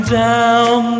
down